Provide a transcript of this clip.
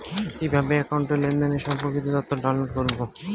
কিভাবে একাউন্টের লেনদেন সম্পর্কিত তথ্য ডাউনলোড করবো?